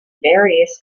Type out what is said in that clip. various